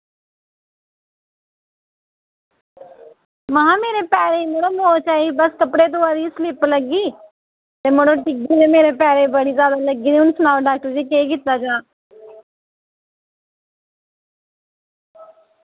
में हा मेरे पैरें गी मोच आई में कपड़े धोआ दी ही ते मेरे पैरे ई स्लिप लग्गी ते मड़ो मेरे पैरे ई बड़ी जादा लग्गी दी तुस सनाओ डॉक्टर जी केह् कीता जा